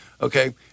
okay